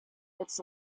its